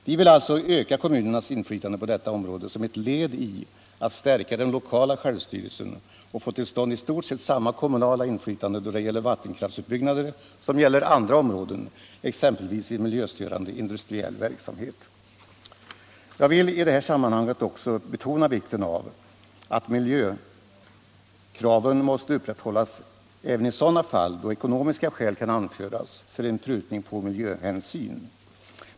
Vi vill alltså öka kommunernas inflytande på detta område som ett led i att stärka den lokala självstyrelsen och få till stånd i stort sett samma kommunala inflytande då det gäller vattenkraftsutbyggnader som i fråga om andra områden, exempelvis vid miljöstörande industriell verksamhet. Jag vill i detta sammanhang också betona vikten av att miljökraven upprätthålles även i sådana fall då ekonomiska skäl kan anföras för en prutning på miljöhänsyn.